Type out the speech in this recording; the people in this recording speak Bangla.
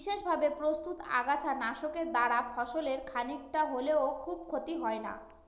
বিশেষভাবে প্রস্তুত আগাছা নাশকের দ্বারা ফসলের খানিকটা হলেও খুব ক্ষতি হয় না